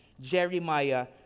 jeremiah